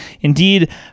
Indeed